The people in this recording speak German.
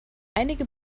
einige